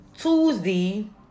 Tuesday